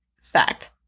Fact